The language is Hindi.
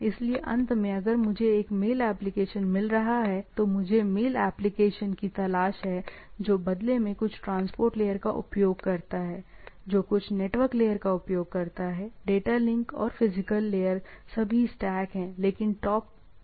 इसलिए अंत मैं अगर मुझे एक मेल एप्लिकेशन मिल रहा है तो मुझे मेल एप्लिकेशन की तलाश है जो बदले में कुछ ट्रांसपोर्ट लेयर का उपयोग करता है जो कुछ नेटवर्क लेयर का उपयोग करता है डेटा लिंक और फिजिकल लेयर सभी स्टैक है लेकिन टॉप पर यह एप्लिकेशन लेयर है